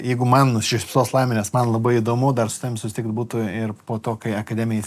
jeigu man nusišypsos laimė nes man labai įdomu dar su tavim susitikt būtų ir po to kai akademija eis